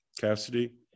Cassidy